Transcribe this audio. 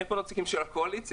אין נציגים של הקואליציה,